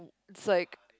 it's like